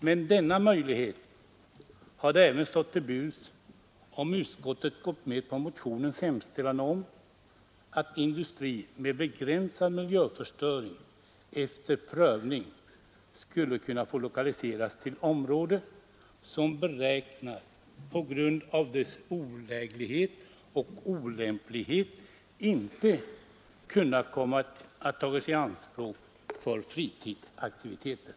Men denna möjlighet hade även stått till buds, om utskottet gått med på motionens hemställan om att industri med begränsad miljöförstöring efter prövning skulle kunna lokaliseras till område som på grund av dess otillgänglighet och olämplighet beräknas inte kunna komma att tagas i anspråk för fritidsaktiviteter.